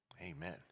Amen